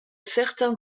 certains